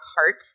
heart